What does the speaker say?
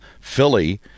Philly